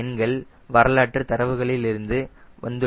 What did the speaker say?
இந்த எண்கள் வரலாற்று தரவுகளில் இருந்து வந்துள்ளன